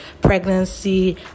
pregnancy